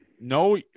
No